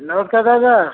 नमस्कार दादा